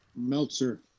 Meltzer